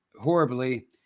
horribly